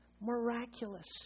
miraculous